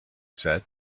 said